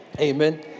Amen